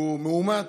שהוא מאומת,